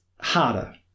harder